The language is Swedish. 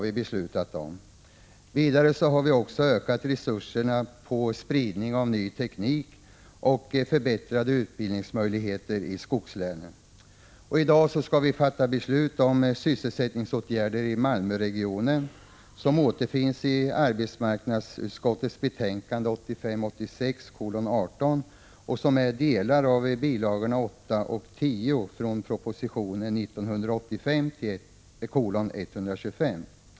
Vidare har vi ökat resurserna för spridning av ny teknik och för att förbättra utbildningsmöjligheterna i skogslänen. I dag skall vi fatta beslut om sysselsättningsåtgärder i Malmöregionen enligt arbetsmarknadsutskottets betänkande 1985 86:125.